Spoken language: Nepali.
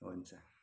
हुन्छ